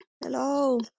Hello